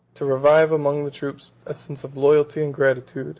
to revive among the troops a sense of loyalty and gratitude